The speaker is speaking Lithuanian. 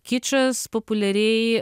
kičas populiariai